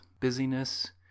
Busyness